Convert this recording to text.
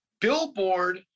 billboard